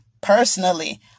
personally